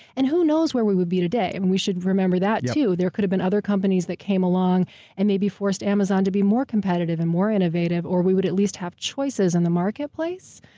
and who knows where we would be today? and we should remember that, too. yeah. there could've been other companies that came along and maybe forced amazon to be more competitive and more innovative, or we would at least have choices in the marketplace.